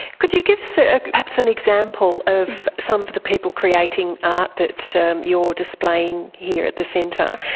could you give us ah perhaps an example of some of the people creating art that you're displaying here at the centre,